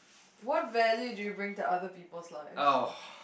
what value do you bring to other people's lives